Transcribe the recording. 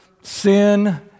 sin